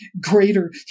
greater